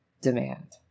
demand